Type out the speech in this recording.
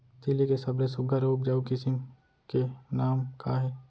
तिलि के सबले सुघ्घर अऊ उपजाऊ किसिम के नाम का हे?